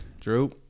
Drew